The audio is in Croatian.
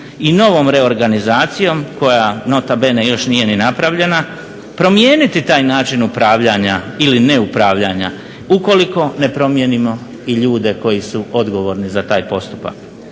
i novom reorganizacijom koja nota bene još nije ni napravljena promijeniti taj način upravljanja ili neupravljanja ukoliko ne promijenimo i ljude koji su odgovorni za taj postupak?